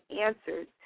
answers